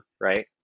right